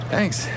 Thanks